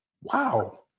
Wow